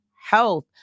health